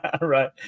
Right